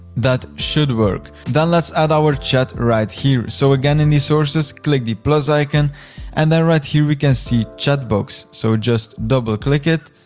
that should work. then let's add our chat right here. so again, in the sources, click the plus icon and then right here we can see chat box. so just double click it,